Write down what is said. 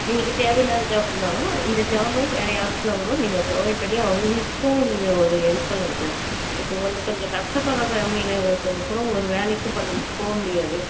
உங்களுக்கு தேவை இல்லாத ஜாப் இருந்தாலும் இந்த ஜாபை வேற யாருக்குனால் கூட நீங்கள் ப்ரொவைட் பண்ணி அவங்களுக்கும் நீங்கள் ஒரு ஹெல்ப் பண்ணும் சார் இப்போ வந்து கொஞ்சம் கஷ்டப்படுகிற ஃபேமிலியில இருக்கவங்க கூட ஒரு வேலைக்கு பண்ண போக முடியாது